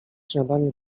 śniadanie